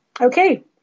Okay